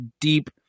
deep